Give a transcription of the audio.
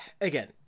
again